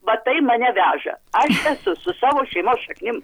va tai mane veža aš esu su savo šeimos šaknim